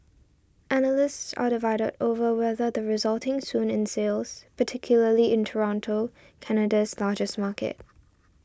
analysts are divided over whether the resulting swoon in sales particularly in Toronto Canada's largest market